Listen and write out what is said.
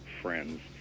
friends